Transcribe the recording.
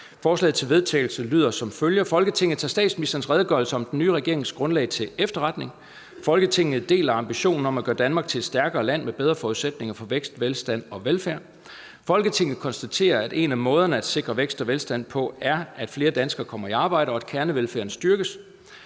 Forslag til vedtagelse »Folketinget tager statsministerens redegørelse om den nye regerings grundlag til efterretning. Folketinget deler ambitionen om at gøre Danmark til et stærkere land med bedre forudsætninger for vækst, velstand og velfærd. Folketinget konstaterer, at en af måderne at sikre vækst og velstand på er, at flere danskere kommer i arbejde, og at kernevelfærden styrkes.